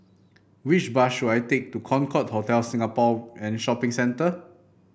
which bus should I take to Concorde Hotel Singapore and Shopping Centre